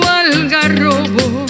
algarrobo